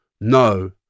No